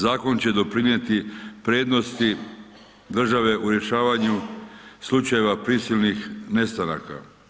Zakon će doprinijeti prednosti država u rješavanju slučajeva prisilnih nestanaka.